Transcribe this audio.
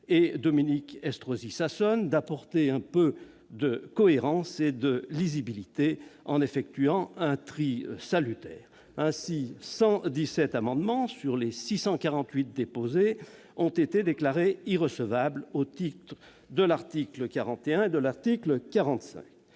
et Dominique Estrosi Sassone, d'apporter un peu de cohérence et de lisibilité en effectuant un tri salutaire. Ainsi, 117 amendements sur les 648 déposés ont été déclarés irrecevables au titre de l'article 41 ou de l'article 45